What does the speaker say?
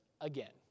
again